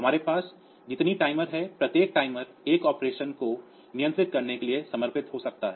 हमारे पास जितनी टाइमर हैं प्रत्येक टाइमर एक ऑपरेशन को नियंत्रित करने के लिए समर्पित हो सकता है